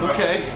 Okay